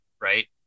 right